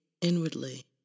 inwardly